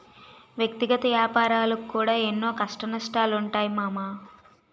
వ్యక్తిగత ఏపారాలకు కూడా ఎన్నో కష్టనష్టాలుంటయ్ మామా